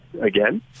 again